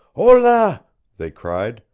hola! they cried,